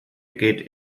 geht